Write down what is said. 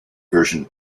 version